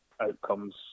outcomes